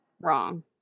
wrong